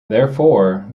therefore